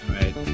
right